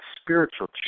spiritual